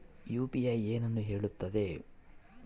UPI ಏನನ್ನು ಹೇಳುತ್ತದೆ?